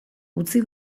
utzi